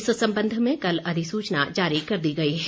इस सम्बंध में कल अधिसूचना जारी कर दी गई है